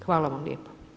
Hvala vam lijepo.